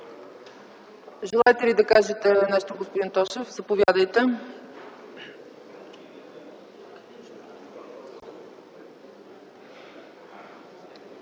Желаете ли да кажете нещо, господин Тошев? Заповядайте.